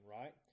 right